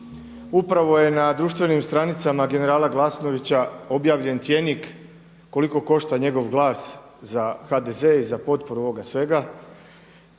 Upravo je na društvenim stranicama generala Glasnovića objavljen cjenik koliko košta njegov glas za HDZ i za potporu ovoga svega.